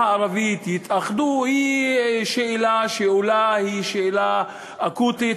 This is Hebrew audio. הערבית יתאחדו היא שאלה שאולי היא שאלה אקוטית,